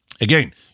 Again